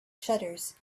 shutters